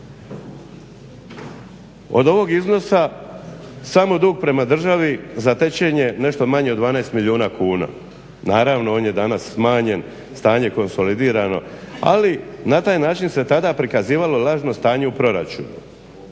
Od ovog iznosa samo dug prema državi zatečen je nešto manje od 12 milijuna kuna. Naravno on je danas smanjen, stanje konsolidirano ali na taj način se tada prikazivalo lažno stanje u proračunu.